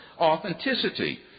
authenticity